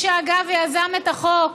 אגב, מי שיזמו את החוק